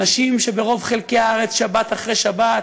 אנשים שברוב חלקי הארץ, שבת אחרי שבת,